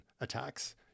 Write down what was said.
attacks